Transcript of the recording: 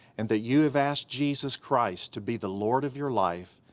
and that you have asked jesus christ to be the lord of your life,